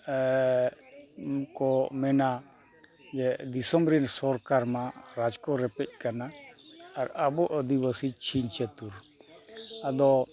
ᱠᱚ ᱢᱮᱱᱟ ᱡᱮ ᱫᱤᱥᱚᱢ ᱨᱮᱱ ᱥᱚᱨᱠᱟᱨ ᱢᱟ ᱨᱟᱡᱽ ᱠᱚ ᱨᱮᱯᱮᱡ ᱠᱟᱱᱟ ᱟᱨ ᱟᱵᱚ ᱟᱹᱫᱤᱵᱟᱹᱥᱤ ᱪᱷᱤᱝ ᱪᱷᱟᱹᱛᱩᱨ ᱟᱫᱚ